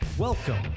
Welcome